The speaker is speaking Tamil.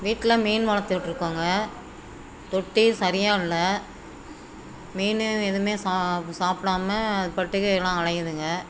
வீட்டில மீன் வளர்த்துக்கிட்ருக்கோங்க தொட்டி சரியா இல்லை மீன் எதுவுமே சாப் சாப்பிடாம அதுப் பாட்டுக்கு எல்லாம் அலையிதுங்க